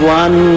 one